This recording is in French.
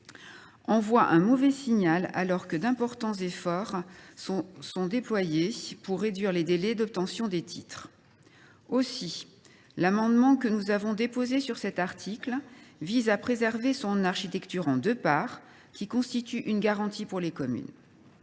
envoie un mauvais signal, alors que d’importants efforts sont déployés pour réduire les délais d’obtention des titres. Aussi, l’amendement que nous avons déposé sur cet article vise à préserver l’architecture en deux parts, qui constitue une garantie pour les communes.